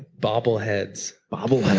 bobble heads. bobble